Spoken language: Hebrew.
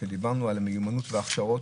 כשדיברנו על המיומנות ועל ההכשרות,